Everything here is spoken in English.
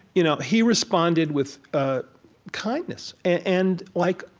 you know he responded with ah kindness and like,